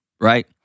right